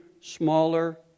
smaller